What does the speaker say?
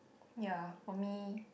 ya for me